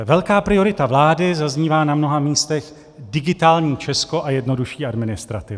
Velká priorita vlády zaznívá na mnoha místech Digitální Česko a jednodušší administrativa.